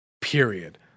Period